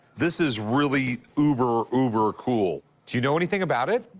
this is really uber, uber cool. do you know anything about it?